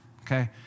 okay